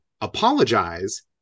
apologize